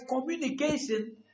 communication